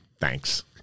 Thanks